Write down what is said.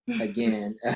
again